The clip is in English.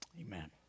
Amen